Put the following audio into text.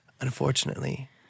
Unfortunately